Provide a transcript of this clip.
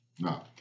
No